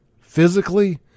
physically